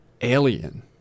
alien